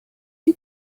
you